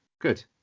Good